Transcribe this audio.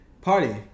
Party